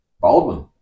Baldwin